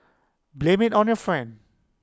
blame IT on your friend